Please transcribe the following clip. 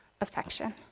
affection